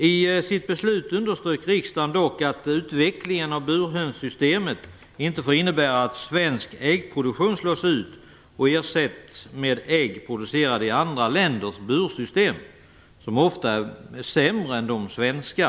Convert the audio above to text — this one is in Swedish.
I sitt beslut underströk riksdagen dock att utvecklingen av burhönssystemet inte får innebära att svensk äggproduktion slås ut och ersätts med ägg producerade i andra länders bursystem, som ofta är sämre än de svenska.